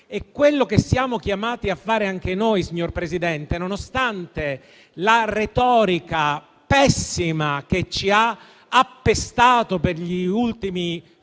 Ed è ciò che siamo chiamati a fare anche noi, signor Presidente, nonostante la retorica pessima che ci ha appestato, forse per gli ultimi